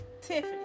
Tiffany